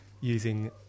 using